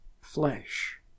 flesh